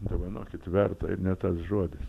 dovanokit verta ir ne tas žodis